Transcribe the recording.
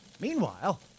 Meanwhile